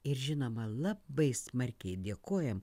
ir žinoma labai smarkiai dėkojam